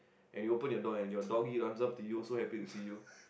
and you open your door and your doggy runs up to you so happy to see you